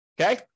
Okay